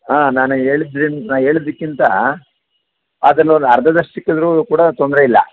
ಆಂ ನಾನು ಹೇಳಿದ್ರಿನ್ ನಾನು ಹೇಳಿದ್ದಿಕ್ಕಿಂತ ಅದ್ರಲ್ಲಿ ಒಂದು ಅರ್ಧದಷ್ಟು ಸಿಕ್ಕಿದರೂ ಕೂಡ ತೊಂದರೆ ಇಲ್ಲ